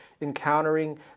encountering